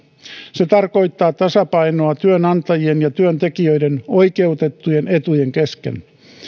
se tarkoittaa tasapainoa työnantajien ja työntekijöiden oikeutettujen etujen kesken